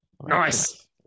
Nice